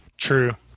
True